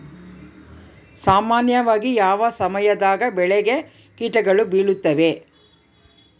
ಸಾಮಾನ್ಯವಾಗಿ ಯಾವ ಸಮಯದಾಗ ಬೆಳೆಗೆ ಕೇಟಗಳು ಬೇಳುತ್ತವೆ?